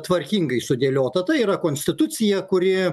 tvarkingai sudėliota tai yra konstitucija kuri